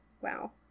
Wow